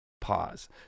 pause